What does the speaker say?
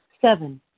Seven